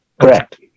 Correct